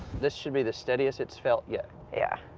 this should be the steadiest it's felt yet. yeah.